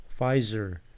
pfizer